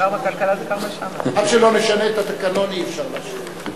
עד שלא נשנה את התקנון אי-אפשר להשיב.